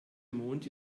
mond